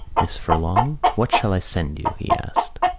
miss furlong, what shall i send you? he asked.